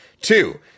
two